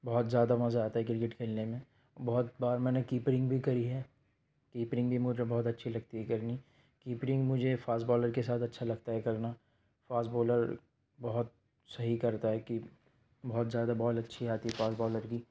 بہت زیادہ مزہ آتا ہے کرکٹ کھیلنے میں بہت بار میں نے کیپرنگ بھی کری ہے کیپرنگ بھی مجھے بہت اچھی لگتی ہے کرنی کیپرنگ مجھے فاسٹ بولر کے ساتھ اچھا لگتا ہے کرنا فاسٹ بولر بہت صحیح کرتا ہے کہ بہت زیادہ بال اچھی آتی ہے فاسٹ بولر کی